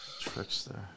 Trickster